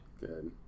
Good